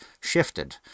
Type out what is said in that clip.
shifted